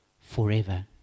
forever